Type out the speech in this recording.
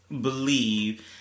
believe